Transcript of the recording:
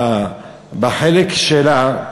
החלק שלה,